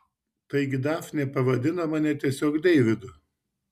taigi dafnė pavadino mane tiesiog deividu